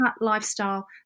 lifestyle